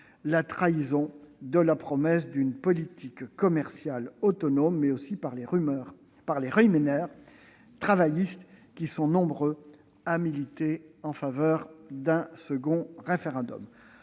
la trahison de la promesse d'une politique commerciale autonome, mais aussi par les travaillistes, qui sont nombreux à militer en faveur d'un second référendum.